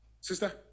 Sister